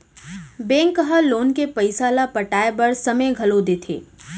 bank ह loan के पइसा ल पटाए बर समे घलो देथे